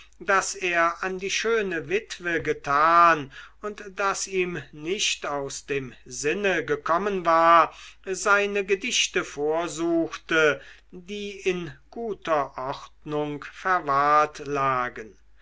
das er an die schöne witwe getan und das ihm nicht aus dem sinne gekommen war seine gedichte vorsuchte die in guter ordnung verwahrt lagen